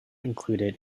included